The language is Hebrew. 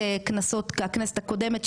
יש לנו 11:00. חוזרים ב-10:00,